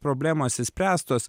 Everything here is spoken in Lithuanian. problemos išspręstos